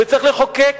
וצריך לחוקק